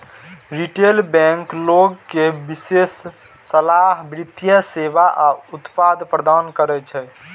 retail bank लोग कें विशेषज्ञ सलाह, वित्तीय सेवा आ उत्पाद प्रदान करै छै